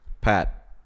Pat